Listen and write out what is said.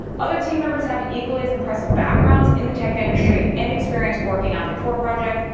other team members have equally as impressive backgrounds in the tech industry and experience working on the tor project,